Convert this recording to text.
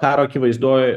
karo akivaizdoj